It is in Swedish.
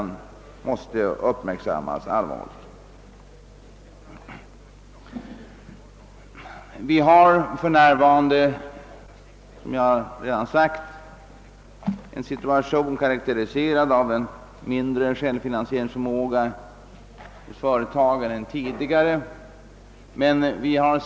Som sagt har vi för närvarande en mindre självfinansieringsförmåga än tidigare hos företagen.